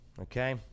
Okay